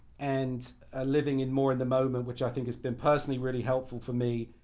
and living in more in the moment which i think is been personally really helpful for me.